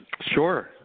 Sure